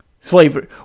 Slavery